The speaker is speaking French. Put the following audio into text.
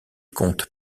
compte